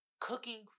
Cooking